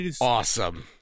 awesome